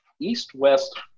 east-west